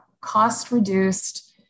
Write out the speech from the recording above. cost-reduced